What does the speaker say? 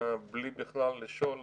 בלי בכלל לשאול,